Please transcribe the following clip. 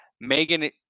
Megan